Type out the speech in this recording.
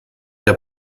der